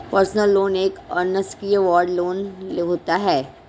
personal loan एक unsecured loan होता है